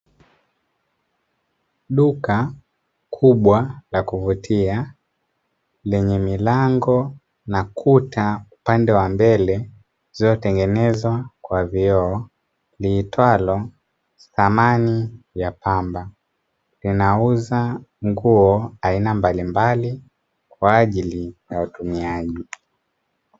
Duka kubwa la kuvutia lenye milango na kuta upande wa mbele, zilizotengenezwa kwa vioo liitwalo "Thamani ya pamba". Linauza nguo aina mbalimbali kwaajili ya watumiaji.